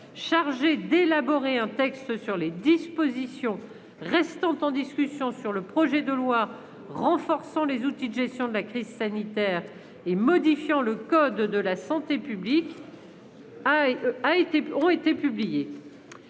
chargée d'élaborer un texte sur les dispositions restant en discussion sur le projet de loi renforçant les outils de gestion de la crise sanitaire et modifiant le code de la santé publique, ont été publiées.